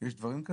יש דברים כאלה?